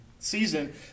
season